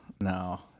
No